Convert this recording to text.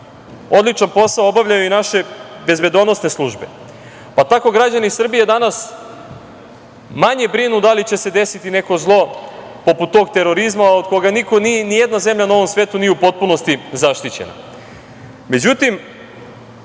odličan posao obavljaju i naše bezbednosne službe, pa tako građani Srbije danas manje brinu da li će se desiti neko zlo poput tog terorizma od koga ni jedna zemlja na ovom svetu nije u potpunosti zaštićena.Međutim,